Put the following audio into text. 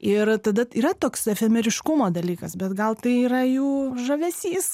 ir tada yra toks efemeriškumo dalykas bet gal tai yra jų žavesys